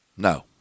No